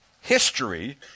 history